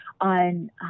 on